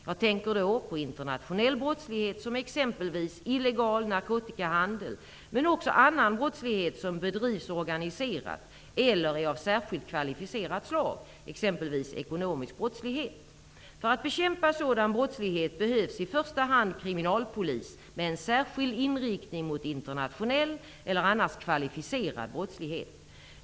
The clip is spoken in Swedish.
Jag tänker då på internationell brottslighet som exempelvis illegal narkotikahandel, men också annan brottslighet som bedrivs organiserat eller är av särskilt kvalificerat slag, exempelvis ekonomisk brottslighet. För att bekämpa sådan brottslighet behövs i första hand kriminalpolis med en särskild inriktning mot internationell eller annars kvalificerad brottslighet.